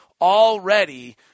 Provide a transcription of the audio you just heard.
already